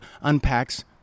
unpacks